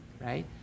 right